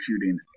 shooting